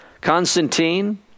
Constantine